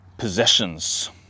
possessions